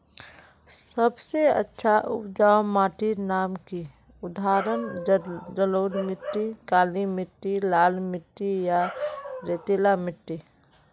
सबसे अच्छा उपजाऊ माटिर नाम की उदाहरण जलोढ़ मिट्टी, काली मिटटी, लाल मिटटी या रेतीला मिट्टी?